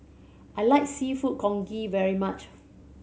I like Seafood Congee very much